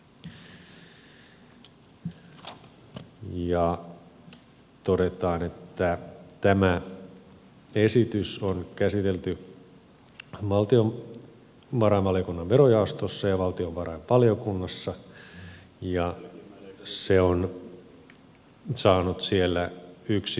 todetaan että tämä esitys on käsitelty valtiovarainvaliokunnan verojaostossa ja valtiovarainvaliokunnassa ja se on saanut siellä yksimielisen hyväksynnän